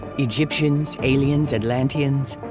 egyptians, aliens, atlanteans?